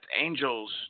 Angels